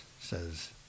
says